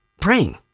praying